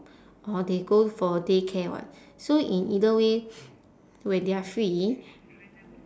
or they go for daycare [what] so in either way when they are free